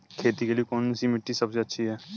खेती के लिए कौन सी मिट्टी सबसे अच्छी है?